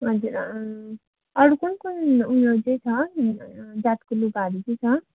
हजुर अरू कुन कुन ऊ यो चाहिँ छ जातको लुगाहरू चाहिँ छ